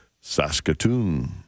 Saskatoon